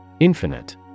Infinite